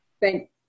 thank